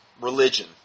Religion